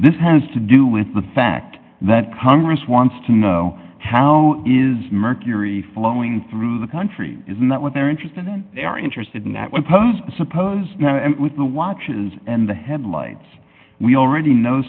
this has to do with the fact that congress wants to know how is mercury flowing through the country isn't that what they're interested in they are interested in that would pose suppose with the watches and the headlights we already know